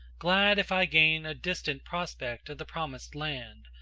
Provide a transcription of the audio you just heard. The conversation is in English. glad if i gain a distant prospect of the promised land,